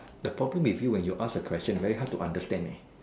the problem with you when you ask a question very hard to understand leh